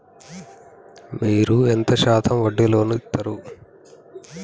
మీరు ఎంత శాతం వడ్డీ లోన్ ఇత్తరు?